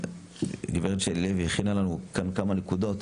גברת לוי הכינה לנו כאן כמה נקודות,